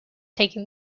taking